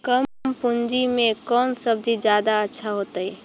कम पूंजी में कौन सब्ज़ी जादा अच्छा होतई?